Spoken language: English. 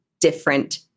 different